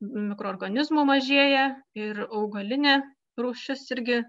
mikroorganizmų mažėja ir augalinė rūšis irgi